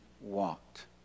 walked